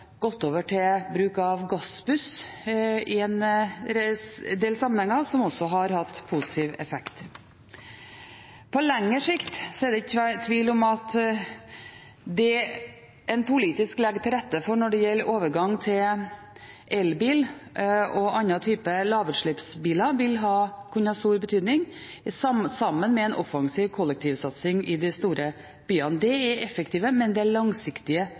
over til bruk av gassbuss, noe som også har hatt positiv effekt. På lengre sikt er det ikke tvil om at det en politisk legger til rette for når det gjelder overgang til elbil og andre typer lavutslippsbiler, vil kunne ha stor betydning, sammen med en offensiv kollektivsatsing i de store byene. Det er effektive, men langsiktige tiltak for å redusere luftforurensningen i de største byene. Det er